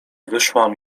wyszłam